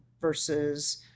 versus